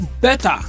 better